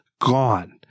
gone